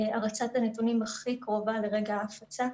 הרצת הנתונים הכי קרובה לרגע הפצה.